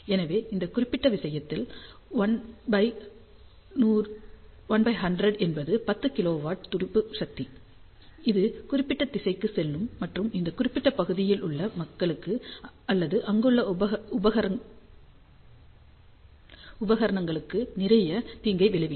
எனவே அந்த குறிப்பிட்ட விஷயத்தில் 1100 என்பது 10 கிலோவாட் துடிப்பு சக்தி அது குறிப்பிட்ட திசைக்கு செல்லும் மற்றும் அந்த குறிப்பிட்ட பகுதியிலுள்ள மக்களுக்கு அல்லது அங்குள்ள உபகரணங்களுக்கு நிறைய தீங்கை விளைவிக்கும்